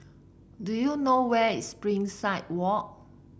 do you know where is Springside Walk